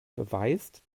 beweist